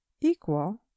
equal